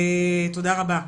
תודה רבה.